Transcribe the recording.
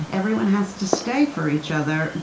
everyone has to stay for each other,